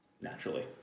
naturally